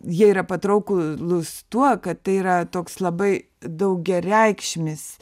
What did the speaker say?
jie yra patrauklūs tuo kad tai yra toks labai daugiareikšmis